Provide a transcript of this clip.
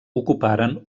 ocuparen